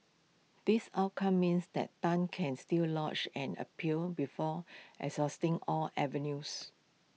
this outcome means that Tan can still lodge an appeal before exhausting all avenues